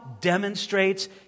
demonstrates